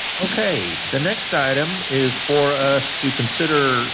okay. the next item is for us to consider